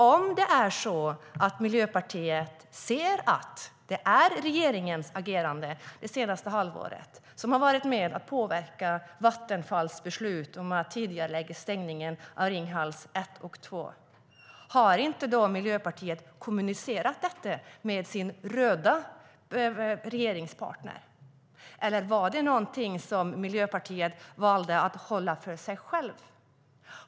Om Miljöpartiet anser att det är regeringens agerande det senaste halvåret som påverkat Vattenfalls beslut att tidigarelägga stängningen av Ringhals 1 och 2, har inte Miljöpartiet då kommunicerat detta med sin röda regeringspartner? Eller var det något som Miljöpartiet valde att hålla för sig självt?